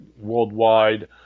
worldwide